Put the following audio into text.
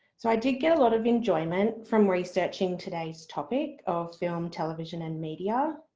so i did get a lot of enjoyment from researching today's topic of film, television and media.